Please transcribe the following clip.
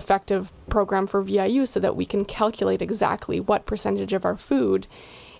effective program for us so that we can calculate exactly what percentage of our food